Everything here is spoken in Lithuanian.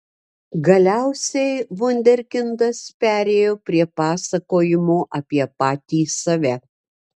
galiausiai vunderkindas perėjo prie pasakojimo apie patį save